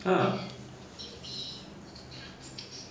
!huh!